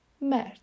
Mert